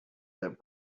that